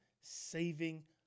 saving